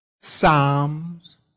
psalms